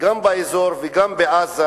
גם באזור וגם בעזה,